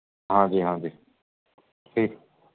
ਹਾਂਜੀ ਹਾਂਜੀ ਠੀਕ